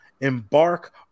embark